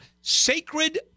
sacred